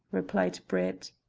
replied brett.